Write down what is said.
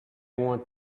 want